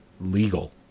legal